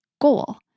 goal